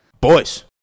Boys